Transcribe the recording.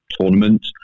tournament